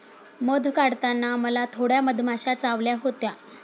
मध काढताना मला थोड्या मधमाश्या चावल्या होत्या